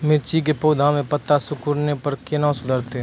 मिर्ची के पौघा मे पत्ता सिकुड़ने पर कैना सुधरतै?